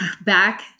back